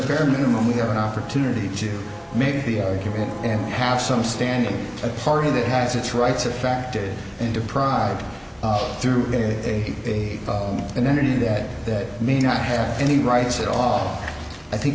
fair minimum we have an opportunity to make the argument and have some standing authority that has its rights affected and deprived through a a an entity that that may not have any rights at all i think